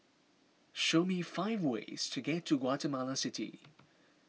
show me five ways to get to Guatemala City